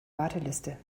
warteliste